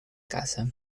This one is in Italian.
casa